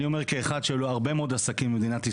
כאחד שהיו לו הרבה מאוד עסקים במדינת ישראל,